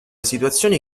situazioni